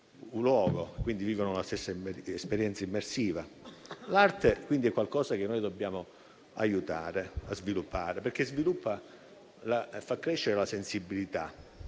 dunque, è qualcosa che noi dobbiamo aiutare a sviluppare, perché fa crescere la sensibilità,